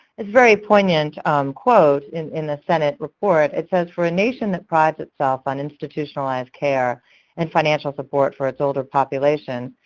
very poignant quote in in the senate report, it says, for a nation that prides itself on institutionalized care and financial support for its older population,